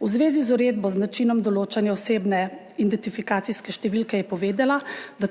V zvezi z Uredbo o načinu določanja osebne identifikacijske številke je povedala, da